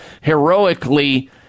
heroically